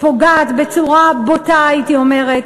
בצורה בוטה הייתי אומרת,